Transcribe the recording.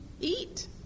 eat